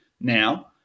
now